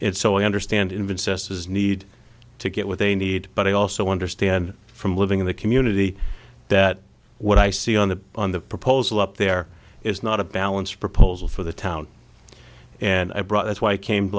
i understand in vince's does need to get what they need but i also understand from living in the community that what i see on the on the proposal up there is not a balanced proposal for the town and i brought that's why i came